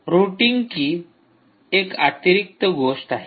routing की एक अतिरिक्त गोष्ट आहे